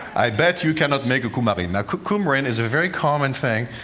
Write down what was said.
i bet you cannot make a coumarin. now, coumarin is a very common thing,